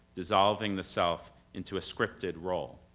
dissolving the self into a scripted role.